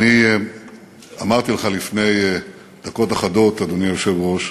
אני אמרתי לך לפני דקות אחדות, אדוני היושב-ראש,